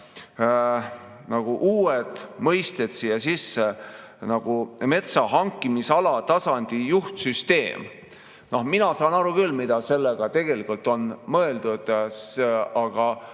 uued mõisted sisse, nagu "metsa hankimisala tasandi juhtsüsteem". Mina saan aru küll, mida selle all tegelikult on mõeldud, aga